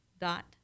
dot